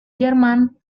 jerman